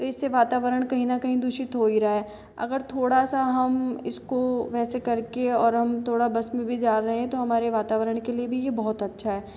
इससे वातावरण कहीं न कहीं दूषित हो ही रहा है अगर थोड़ा सा हम इसको वैसे करके और हम थोड़ा बस में भी जा रहे हैं तो हमारे वातावरण के लिए बहुत अच्छा है